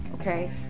okay